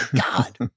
God